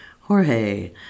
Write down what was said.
Jorge